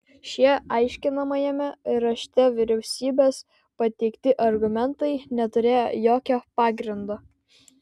šie aiškinamajame rašte vyriausybės pateikti argumentai neturėjo jokio pagrindo